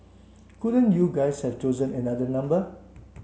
couldn't you guys have chosen another number